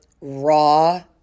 raw